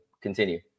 Continue